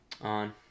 on